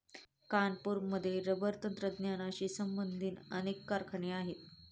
कानपूरमध्ये रबर तंत्रज्ञानाशी संबंधित अनेक कारखाने आहेत